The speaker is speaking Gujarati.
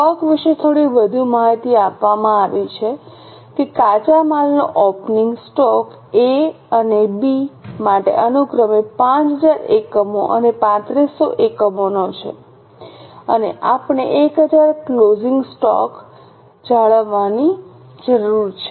સ્ટોક વિશે થોડી વધુ માહિતી આપવામાં આવી છે કે કાચા માલનો ઓપનિંગ સ્ટોક એ અને બી માટે અનુક્રમે 5000 એકમો અને 3500 એકમોનો છે અને આપણે 1000 નો ક્લોઝિંગ સ્ટોક જાળવવાની જરૂર છે